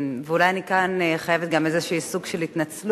ואולי אני גם חייבת כאן איזה סוג של התנצלות,